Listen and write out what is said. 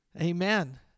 Amen